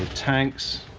tanks,